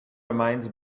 reminds